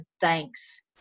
thanks